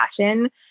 passion